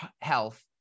health